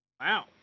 Wow